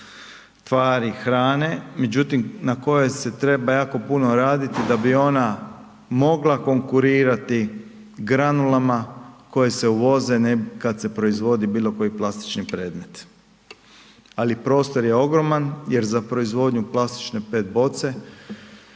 tvari, hrane međutim na kojoj se treba jako puno raditi da bi ona mogla konkurirati granulama koje se uvoze kada se proizvodi bilo koji plastični predmet. Ali prostor je ogroman jer za proizvodnju plastične PET boce